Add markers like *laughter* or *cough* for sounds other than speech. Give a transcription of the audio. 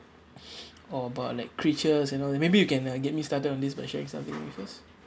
*breath* or about like creatures you know maybe you can uh get me started on this by sharing something with me first